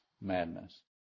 madness